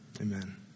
Amen